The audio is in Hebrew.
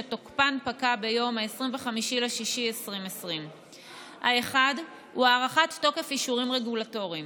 שתוקפן פקע ביום 25 ביוני 2020. האחד הוא הארכת תוקף אישורים רגולטוריים